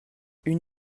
une